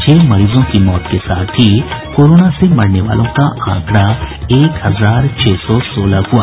छह मरीजों की मौत के साथ ही कोरोना से मरने वालों का आंकड़ा एक हजार छह सौ सोलह हुआ